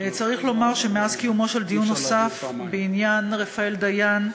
צריך לומר שמאז קיומו של דיון נוסף בעניין רפאל דיין,